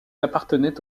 appartenaient